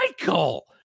Michael